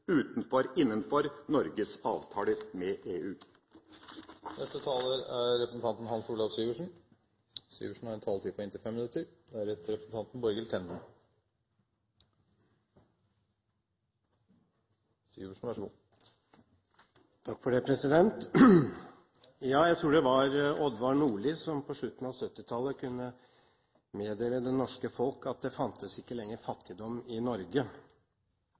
utenfor og innenfor Norges avtaler med EU. Jeg tror det var Odvar Nordli som på slutten av 1970-tallet kunne meddele det norske folk at det ikke lenger fantes fattigdom i Norge.